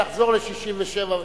לחזור ל-67'.